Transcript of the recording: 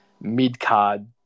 mid-card